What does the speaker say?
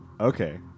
Okay